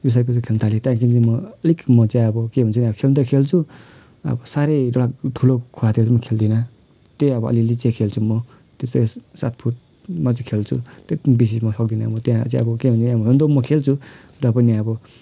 यसरी बेसी खेल्नथालेँ त्यहाँदेखि म अलिक म चाहिँ अब के भन्छ नि अब खेल्न त खेल्छु अब साह्रै ठुलो ठुलो खोलातिर म खेल्दिनँ त्यही अब अलिअलि चाहिँ खेल्छु म त्यस्तै सात फुटमा चाहिँ खेल्छु त्यहाँदेखि बेसी चाहिँ म सक्दिनँ म त्यहाँ चाहिँ अब के भन्नु अब हुन त म खेल्छु र पनि अब